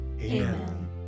amen